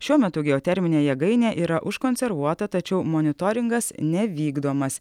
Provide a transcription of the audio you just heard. šiuo metu geoterminė jėgainė yra užkonservuota tačiau monitoringas nevykdomas